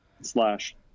slash